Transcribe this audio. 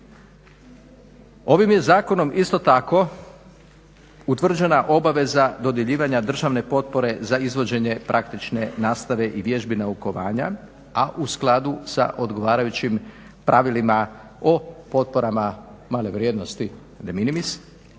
Ovim je zakonom isto tako utvrđena obaveza dodjeljivanja državne potpore za izvođenje praktične nastave i vježbi naukovanja, a u skladu sa odgovarajućim pravilima o potporama male vrijednosti de minimis